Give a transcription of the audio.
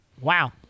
Wow